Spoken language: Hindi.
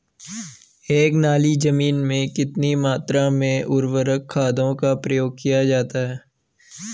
एक नाली जमीन में कितनी मात्रा में उर्वरक खादों का प्रयोग किया जाता है?